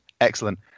Excellent